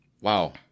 Wow